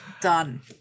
Done